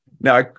Now